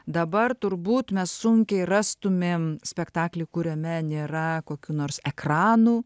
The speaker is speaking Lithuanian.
dabar turbūt mes sunkiai rastumėm spektaklį kuriame nėra kokių nors ekranų